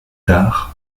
tard